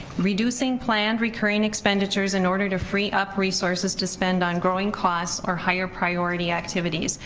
reducing plan recurring expenditures in order to free up resources to spend on growing costs or higher priority activities.